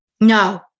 No